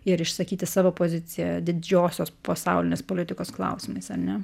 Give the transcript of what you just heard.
ir išsakyti savo poziciją didžiosios pasaulinės politikos klausimais ar ne